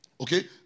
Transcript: Okay